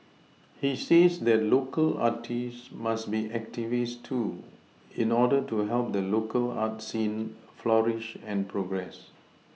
he says that local artists must be activists too in order to help the local art scene flourish and progress